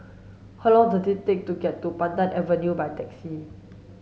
how long does it take to get to Pandan Avenue by taxi